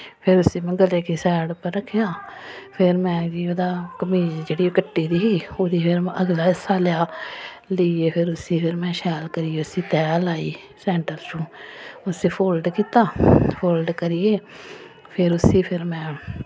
फिर उस्सी में गले गी सैड उप्पर रक्खेआ फिर में कि ओह्दा कमीज जेह्ड़ी ओह् कट्टी दी ही ओह्दा फिर में अगला हिस्सा लेआ लेइयै फिर उस्सी फिर में शैल करियै उस्सी तैऽ लाई सैंटर चूं उस्सी फोल्ड कीता फोल्ड करियै फिर उस्सी फिर में